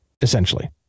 essentially